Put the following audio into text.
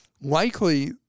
likely